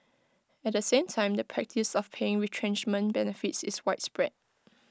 at the same time the practice of paying retrenchment benefits is widespread